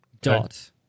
dot